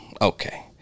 okay